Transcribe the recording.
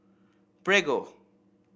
Prego